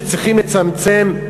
שצריך לצמצם,